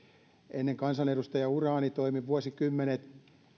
ennen kansanedustajauraani toimin vuosikymmenet